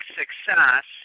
success